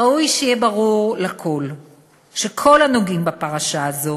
ראוי שיהיה ברור לכול שכל הנוגעים בפרשה הזאת